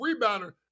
rebounder